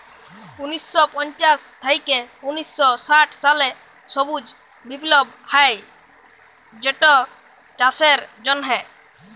উনিশ শ পঞ্চাশ থ্যাইকে উনিশ শ ষাট সালে সবুজ বিপ্লব হ্যয় যেটচাষের জ্যনহে